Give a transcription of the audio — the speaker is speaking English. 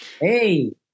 Hey